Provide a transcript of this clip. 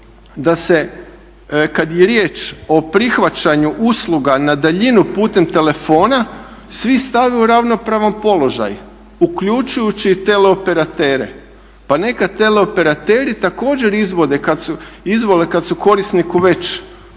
da se kad je riječ o prihvaćanju usluga na daljinu putem telefona svi stave u ravnopravan položaj uključujući i teleoperatere, pa neka teleoperateri također izvole kad su korisniku već